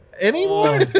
anymore